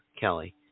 Kelly